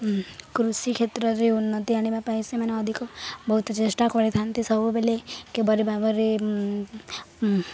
କୃଷି କ୍ଷେତ୍ରରେ ଉନ୍ନତି ଆଣିବା ପାଇଁ ସେମାନେ ଅଧିକ ବହୁତ ଚେଷ୍ଟା କରିଥାନ୍ତି ସବୁବେଳେ କିଭଳି ଭାବରେ